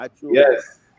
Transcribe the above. Yes